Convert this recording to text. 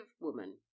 woman